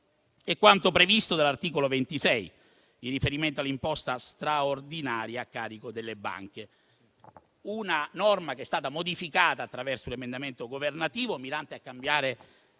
è quanto previsto dall'articolo 26 in riferimento all'imposta straordinaria a carico delle banche: una norma che è stata modificata attraverso l'emendamento governativo, mirante a cambiare